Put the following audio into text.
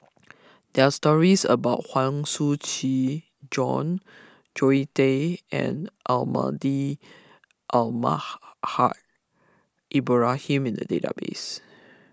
there are stories about Huang Shiqi Joan Zoe Tay and Almahdi Alma Haj Ibrahim in the database